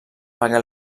perquè